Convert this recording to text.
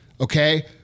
okay